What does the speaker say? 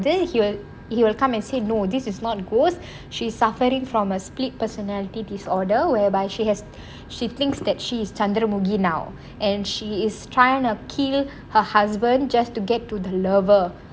then he will he will come and say no this is not ghost she is suffering from a split personality disorder whereby she has she thinks that she is Chandramukhi now and she is trying to kill her husband just to get to the lover